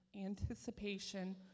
anticipation